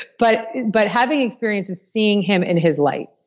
but but having experiences seeing him in his light,